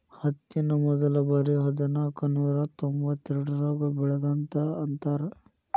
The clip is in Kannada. ಹತ್ತಿನ ಮೊದಲಬಾರಿ ಹದನಾಕನೂರಾ ತೊಂಬತ್ತೆರಡರಾಗ ಬೆಳದರಂತ ಅಂತಾರ